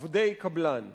עַבדי קבלן.